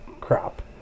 crop